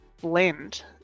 blend